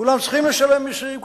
כולם צריכים לשלם מסים,